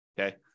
Okay